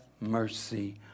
mercy